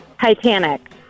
Titanic